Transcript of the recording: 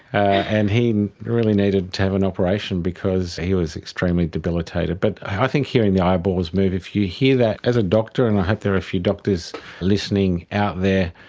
and he really needed to have an operation because he was extremely debilitated. but i think hearing the eyeballs move, if you hear that, as a doctor, and i hope there are a few doctors listening out there,